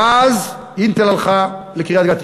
ואז "אינטל" הלכה לקריית-גת.